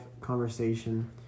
conversation